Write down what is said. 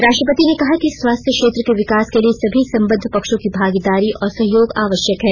राष्ट्रपति ने कहा कि स्वास्थ्य क्षेत्र के विकास के लिए सभी संबंद्व पक्षों की भागीदारी और सहयोग आवश्यक है